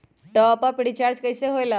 Top up recharge कइसे होएला?